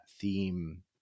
theme